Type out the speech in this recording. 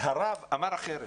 הרב אמר אחרת.